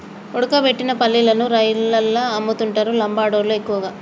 ఉడకబెట్టిన పల్లీలను రైలల్ల అమ్ముతుంటరు లంబాడోళ్ళళ్లు ఎక్కువగా